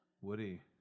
Woody